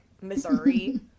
Missouri